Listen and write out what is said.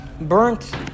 burnt